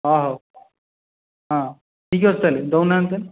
ହଁ ହଉ ହଁ ଠିକ୍ ଅଛି ତାହେଲେ ଦେଉନାହାଁନ୍ତି ତାହେଲେ